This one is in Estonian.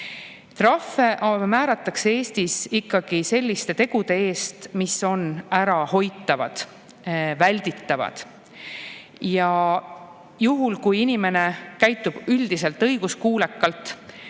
Trahve määratakse Eestis ikkagi selliste tegude eest, mis on ära hoitavad, välditavad. Ja kui inimene käitub üldiselt õiguskuulekalt